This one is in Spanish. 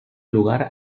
lugar